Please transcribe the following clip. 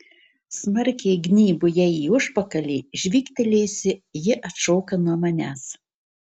smarkiai gnybu jai į užpakalį žvygtelėjusi ji atšoka nuo manęs